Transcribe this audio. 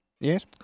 yes